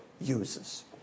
uses